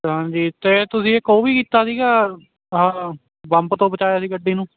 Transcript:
ਹਾਂਜੀ ਅਤੇ ਤੁਸੀਂ ਇੱਕ ਉਹ ਵੀ ਕੀਤਾ ਸੀਗਾ ਆਹਾ ਬੰਬ ਤੋਂ ਬਚਾਇਆ ਸੀ ਗੱਡੀ ਨੂੰ